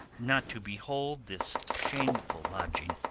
not to behold this shameful lodging.